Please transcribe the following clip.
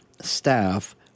staff